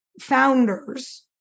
founders